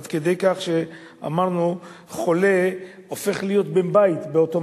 עד כדי כך שאמרנו שחולה הופך להיות בן-בית באותו